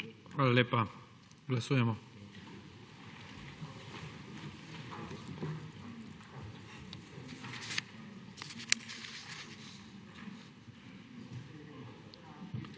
Hvala lepa. Glasujemo.